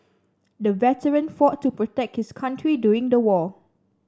the veteran fought to protect his country during the war